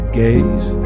gaze